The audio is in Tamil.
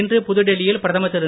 இன்று புதுடெல்லியில் பிரதமர் திரு